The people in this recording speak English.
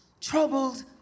troubled